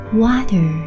water